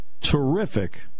terrific